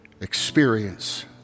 experience